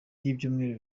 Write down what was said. y’ibyumweru